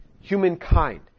humankind